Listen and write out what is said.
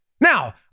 Now